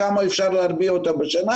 כמה אפשר להרביע אותה בשנה,